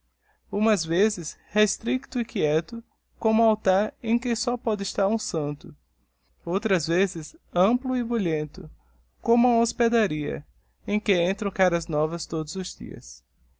umas vezes restricto e quieto como o altar em que só pode estar um santo outras vezes amplo e bulhento como uma hospedaria era que entram caras novas todos os dias